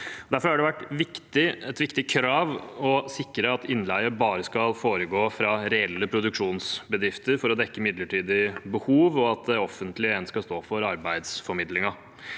Derfor har det vært et viktig krav å sikre at innleie bare skal foregå fra reelle produksjonsbedrifter for å dekke midlertidige behov, og at det offentlige igjen skal stå for arbeidsformidlingen.